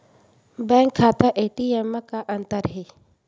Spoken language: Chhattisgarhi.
बैंक खाता ए.टी.एम मा का अंतर हे?